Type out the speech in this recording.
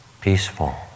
peaceful